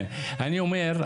אני אומר,